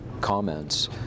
comments